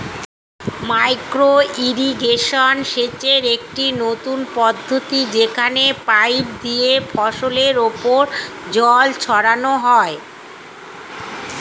micro irrigation সেচের একটি নতুন পদ্ধতি যেখানে পাইপ দিয়ে ফসলের উপর জল ছড়ানো হয়